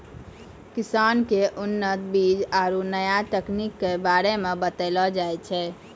किसान क उन्नत बीज आरु नया तकनीक कॅ बारे मे बतैलो जाय छै